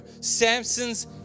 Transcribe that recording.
Samson's